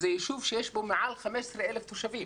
זה ישוב שיש בו מעל 15,000 תושבים